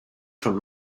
from